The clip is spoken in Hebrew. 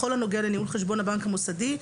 בכל הנוגע לניהול חשבון הבנק המוסדי,